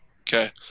Okay